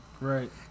right